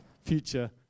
future